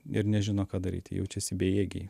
ir nežino ką daryti jaučiasi bejėgiai